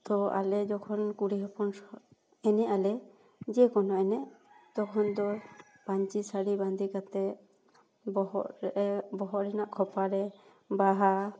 ᱛᱳ ᱟᱞᱮ ᱡᱚᱠᱷᱚᱱ ᱠᱩᱲᱤ ᱦᱚᱯᱚᱱ ᱮᱱᱮᱡ ᱟᱞᱮ ᱡᱮ ᱠᱳᱱᱳ ᱮᱱᱮᱡ ᱛᱚᱠᱷᱚᱱ ᱫᱚ ᱯᱟᱹᱧᱪᱤ ᱥᱟᱹᱲᱤ ᱵᱟᱸᱫᱮ ᱠᱟᱛᱮᱫ ᱵᱚᱦᱚᱜ ᱨᱮ ᱵᱚᱦᱚᱜ ᱨᱮᱱᱟᱜ ᱠᱷᱚᱯᱟ ᱨᱮ ᱵᱟᱦᱟ